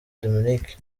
dominique